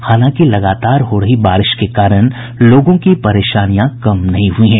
हालांकि लगातार हो रही बारिश के कारण लोगों की परेशानियां कम नहीं हुई हैं